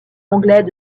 anglais